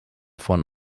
von